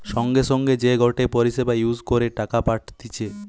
সঙ্গে সঙ্গে যে গটে পরিষেবা ইউজ করে টাকা পাঠতিছে